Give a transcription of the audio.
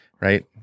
Right